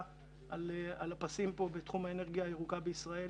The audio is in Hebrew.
על הפסים בתחום האנרגיה הירוקה בישראל,